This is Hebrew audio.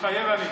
מתחייב אני